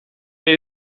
jej